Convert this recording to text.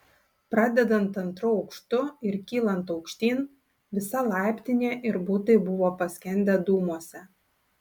pradedant antru aukštu ir kylant aukštyn visa laiptinė ir butai buvo paskendę dūmuose